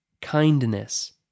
kindness